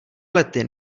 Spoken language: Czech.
lety